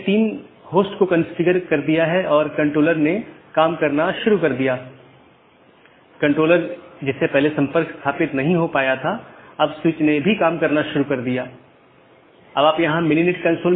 यदि तय अवधी के पूरे समय में सहकर्मी से कोई संदेश प्राप्त नहीं होता है तो मूल राउटर इसे त्रुटि मान लेता है